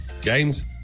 James